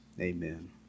Amen